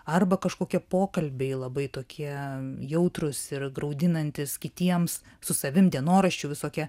arba kažkokie pokalbiai labai tokie jautrūs ir graudinantys kitiems su savim dienoraščių visokie